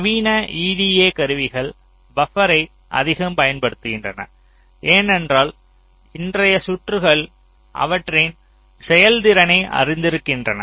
நவீன EDA கருவிகள் பபர்களை அதிகம் பயன்படுத்துகின்றன ஏனென்றால் இன்றைய சுற்றுகள் அவற்றின் செயல்திறனை அறிந்திருக்கின்றன